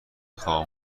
خواهم